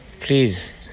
please